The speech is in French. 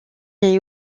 est